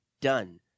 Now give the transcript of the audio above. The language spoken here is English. done